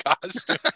costume